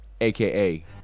aka